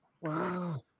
wow